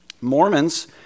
Mormons